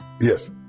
Yes